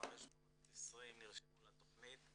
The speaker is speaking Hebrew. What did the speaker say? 3,520 נרשמו לתכנית,